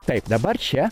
taip dabar čia